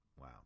wow